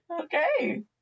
Okay